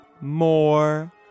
more